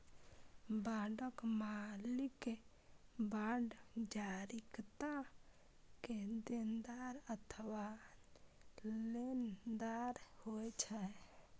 बांडक मालिक बांड जारीकर्ता के देनदार अथवा लेनदार होइ छै